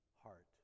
heart